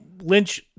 Lynch